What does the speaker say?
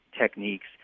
techniques